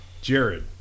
Jared